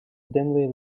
dimly